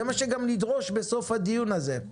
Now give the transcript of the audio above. זה גם מה שנדרוש בסוף הדיון הזה.